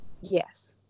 Yes